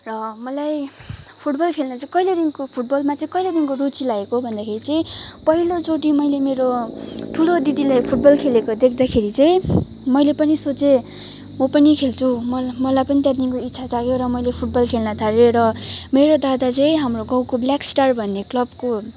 र मलाई फुटबल खेल्नु चाहिँ कहिलेदेखिको फुटबलमा कहिलेदेखिको रुची लागेको भन्दाखेरि चाहिँ पहिलो चोटि मैले मेरो ठुलो दिदीले फुटबल देख्दाखेरि चाहिँ मैले पनि सोचेँ म पनि खेल्छु मलाई मलाई पनि त्यहाँदेखिको इच्छा जाग्यो र मैले फुटबल खेल्न थालेँ र मेरो दादा चाहिँ हाम्रो गाउँको ब्ल्याक् स्टार भन्ने क्लबको